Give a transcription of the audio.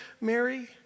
Mary